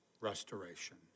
restoration